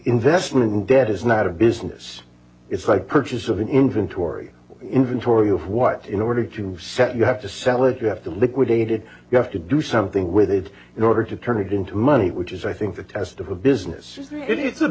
investment in debt is not a business it's like purchase of an inventory inventory of what in order to set you have to sell it you have to liquidate it you have to do something with it in order to turn it into money which is i think the test of a business it's a